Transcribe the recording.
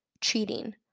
cheating